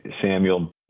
Samuel